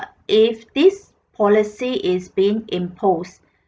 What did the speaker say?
if this policy is being imposed